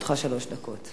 לרשותך שלוש דקות.